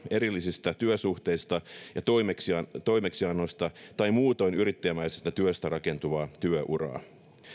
erillisistä työsuhteista ja toimeksiannoista tai muutoin yrittäjämäisestä työstä rakentuvaa työ uraa